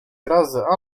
razy